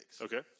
Okay